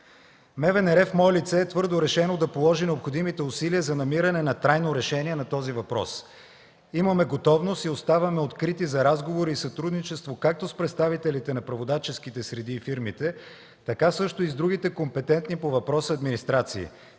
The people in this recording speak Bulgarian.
в мое лице е твърдо решено да положи необходимите усилия за намиране на трайно решение на този въпрос. Имаме готовност и оставяме открити за разговори и сътрудничество както с представителите на преводаческите среди и фирмите, така също и с другите компетентни по въпроса администрации